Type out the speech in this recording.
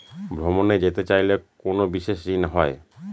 ভ্রমণে যেতে চাইলে কোনো বিশেষ ঋণ হয়?